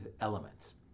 elements